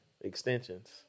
Extensions